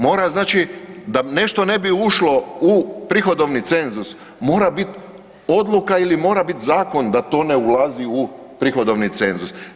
Mora znači, da nešto ne bi ušlo u prihodovni cenzus mora bit odluka ili mora bit zakon da to ne ulazi u prihodovni cenzus.